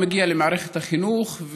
מגיע למערכת החינוך,